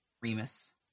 Remus